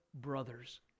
brothers